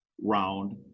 round